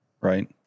right